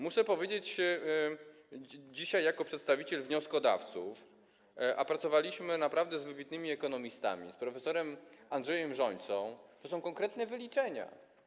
Muszę powiedzieć jako przedstawiciel wnioskodawców, a pracowaliśmy z naprawdę wybitnymi ekonomistami, z prof. Andrzejem Rzońcą, że są to konkretne wyliczenia.